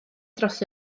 dros